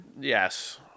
Yes